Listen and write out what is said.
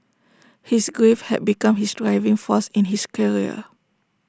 his grief had become his driving force in his career